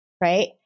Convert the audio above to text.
right